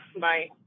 bye